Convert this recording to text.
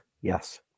Yes